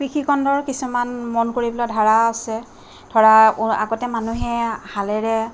কৃষিখণ্ডৰ কিছুমান মন কৰিবলগীয়া ধাৰা আছে ধৰা আগতে মানুহে হালেৰে